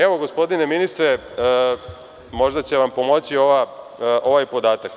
Evo, gospodine ministre, možda će vam pomoći ovaj podatak.